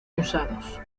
usados